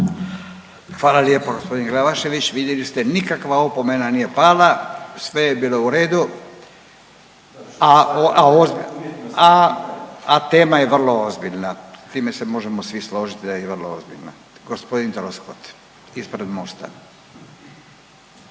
Hvala lijepo gospodin Glavašević, vidjeli ste nikakva opomena nije pala, sve je bilo u redu, a tema je vrlo ozbiljna. S time se možemo svi složiti da je i vrlo ozbiljna. Gospodin Troskot, ispred MOST-a.